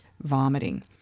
vomiting